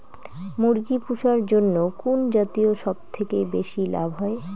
মুরগি পুষার জন্য কুন জাতীয় সবথেকে বেশি লাভ হয়?